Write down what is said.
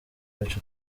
wacu